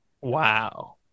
Wow